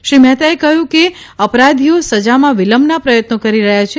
શ્રી મહેતાએ કહ્યું કે અપરાધીઓ સજામાં વિલંબના પ્રયત્નો કરી રહ્યા છે